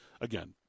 Again